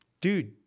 dude